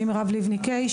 אני מירב לבני-קייש,